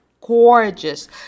gorgeous